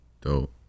Dope